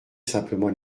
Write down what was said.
simplement